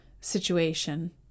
situation